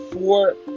four